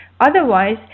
Otherwise